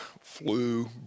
flu